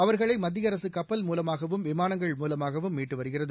அவர்களைமத்தியஅரசுகப்பல் மூலமாகவும் விமானங்கள் மூலமாகவும் மீட்டுவருகிறது